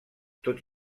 tot